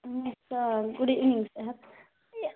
sir good evening sir